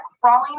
crawling